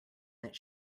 that